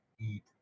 eat